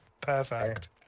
Perfect